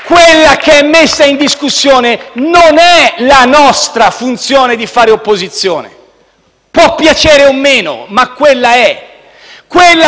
essere messa in discussione non è la nostra funzione di fare opposizione. Può piacere o meno, ma quella è.